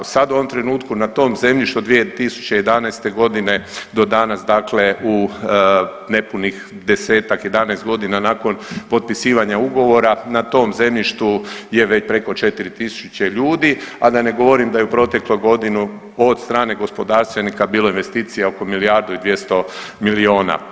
Sad u ovom trenutku na tom zemljištu od 2011.g. do danas dakle u nepunih desetak, 11 godina nakon potpisivanja ugovora na tom zemljištu je već preko 4.000 ljudi, a da ne govorim da je proteklu godinu od strane gospodarstvenika bilo investicija oko milijardu i 200 milijuna.